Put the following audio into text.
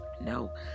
No